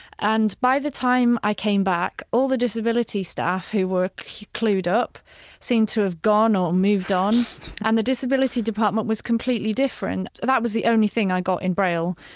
and by the time i came back, all the disability staff who were clued up seemed to have gone or moved on and the disability department was completely different. that was the only thing i got in braille,